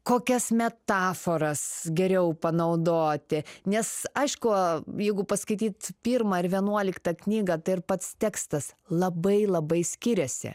kokias metaforas geriau panaudoti nes aišku jeigu paskaityt pirmą ar vienuoliktą knygą tai ir pats tekstas labai labai skiriasi